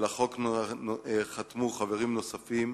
על החוק חתמו חברים נוספים: